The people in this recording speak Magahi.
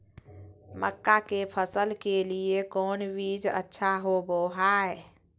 मक्का के फसल के लिए कौन बीज अच्छा होबो हाय?